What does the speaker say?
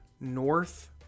north